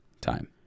time